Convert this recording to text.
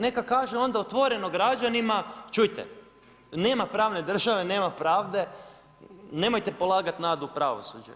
Neka kaže onda otvoreno građanima čujte, nema pravne države, nema pravde, nemojte polagati nadu u pravosuđe.